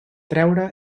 treure